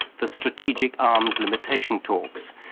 the strategic arms limitation talks,